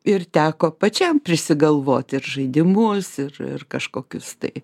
ir teko pačiam prisigalvoti ir žaidimus ir ir kažkokius tai